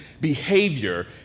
behavior